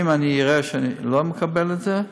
אם אני אראה שאני לא מקבל את זה,